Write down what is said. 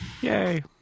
yay